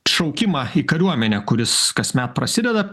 šaukimą į kariuomenę kuris kasmet prasideda